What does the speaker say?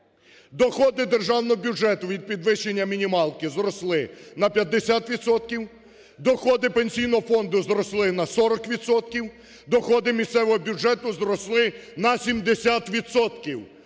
Доходи держаного бюджету від підвищення мінімалки зросли на 50 відсотків, доходи Пенсійного фонду зросли на 40 відсотків, доходи місцевого бюджету зросли на 70